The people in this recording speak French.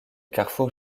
carrefours